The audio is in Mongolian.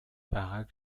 байгааг